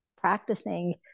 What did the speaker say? practicing